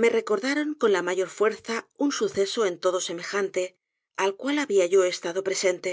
me recordaron con la mayor fuerza un suceso en todo semejante al cual habia yo estado presente